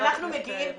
כשאנחנו מגיעים בחקירה,